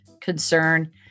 concern